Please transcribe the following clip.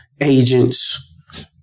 agents